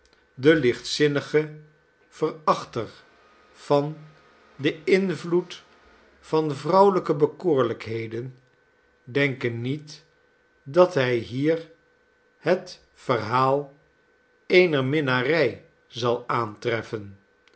de lichtzinnige nelly verachter van den invloed van vrouwelijke bekoorlijkheden denke niet dat hij hier het verhaal eener minnarij zal aantreffen